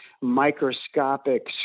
microscopic